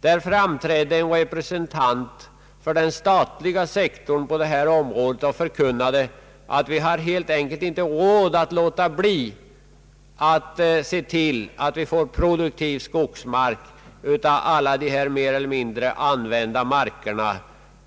Där framträdde en representant för den statliga skogssektorn och förkunnade att vi helt enkelt inte har råd att underlåta att se till att vi får produktiv skogsmark av alla dessa markområden som i sitt gamla